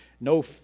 No